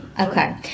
Okay